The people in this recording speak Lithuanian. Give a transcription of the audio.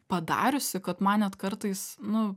padariusi kad man net kartais nu